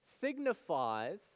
signifies